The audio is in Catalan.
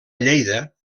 lleida